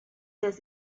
des